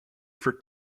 for